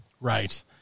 Right